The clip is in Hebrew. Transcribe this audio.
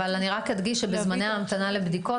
אבל אני רק אדגיש שבזמני ההמתנה לבדיקות,